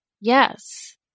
yes